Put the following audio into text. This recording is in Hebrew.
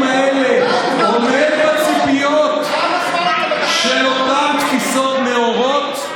האלה עומד בציפיות של אותן תפיסות נאורות,